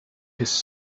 his